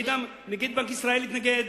נגיד בנק ישראל התנגד.